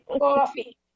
Coffee